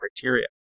criteria